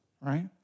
right